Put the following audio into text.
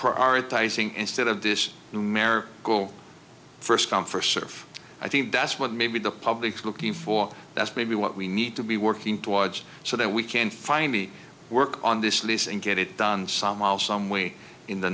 prioritizing instead of this mare go first come first serve i think that's what maybe the public's looking for that's maybe what we need to be working towards so that we can finally work on this lease and get it done somehow someway in the